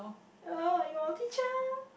uh your teacher